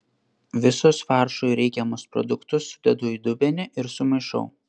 visus faršui reikiamus produktus sudedu į dubenį ir sumaišau